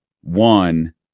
one